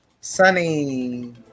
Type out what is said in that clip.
Sunny